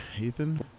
Ethan